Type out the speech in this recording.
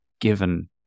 given